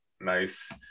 Nice